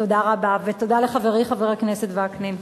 תודה רבה, ותודה לחברי, חבר הכנסת וקנין.